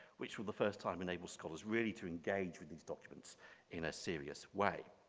which for the first time enables scholars really to engage with these documents in a serious way.